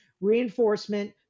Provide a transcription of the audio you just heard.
reinforcement